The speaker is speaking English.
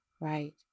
Right